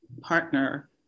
partner